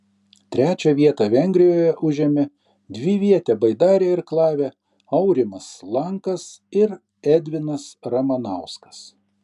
trečią vietą vengrijoje užėmė dvivietę baidarę irklavę aurimas lankas ir edvinas ramanauskas